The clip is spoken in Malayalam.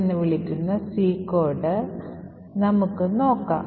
എന്ന് വിളിക്കുന്ന C കോഡ് നമുക്ക് നോക്കാം